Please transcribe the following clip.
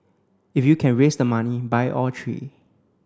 if you can raise the money buy all three